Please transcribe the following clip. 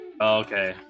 Okay